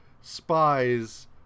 spies